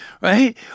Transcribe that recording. right